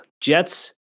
jets